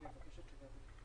דיברתם על שתי הצעות שעלו: